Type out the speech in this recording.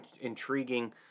intriguing